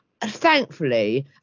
thankfully